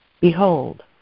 Behold